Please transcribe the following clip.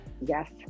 yes